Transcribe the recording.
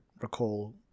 recall